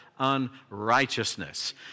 unrighteousness